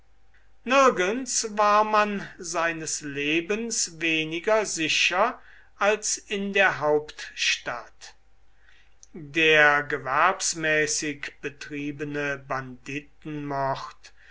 nirgends war man seines lebens weniger sicher als in der hauptstadt der gewerbsmäßig betriebene